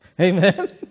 Amen